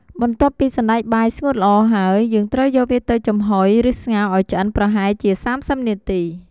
បន្ទាប់ ពីសណ្ដែកបាយស្ងួតល្អ ហើយ យើងត្រូវយកវាទៅចំហុយ ឬស្ងោរឱ្យឆ្អិនប្រហែលជា ៣០នាទី។